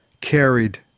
carried